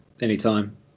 Anytime